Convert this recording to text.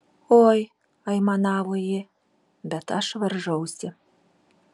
oi aimanavo ji bet aš varžausi